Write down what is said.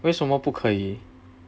为什么不可以